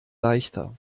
leichter